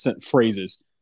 phrases